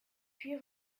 puis